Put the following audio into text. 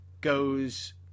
goes